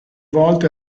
volte